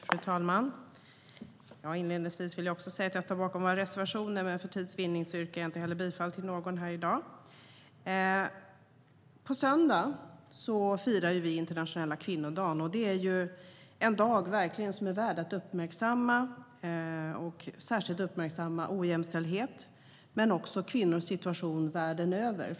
Fru talman! Inledningsvis vill jag säga att jag står bakom våra reservationer, men för tids vinnande yrkar jag inte bifall till någon av dem i dag. På söndag firar vi Internationella kvinnodagen. Det är verkligen en dag som är värd att uppmärksamma, en dag när vi särskilt uppmärksammar ojämställdhet men också kvinnors situation världen över.